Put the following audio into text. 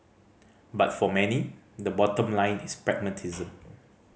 but for many the bottom line is pragmatism